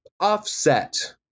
offset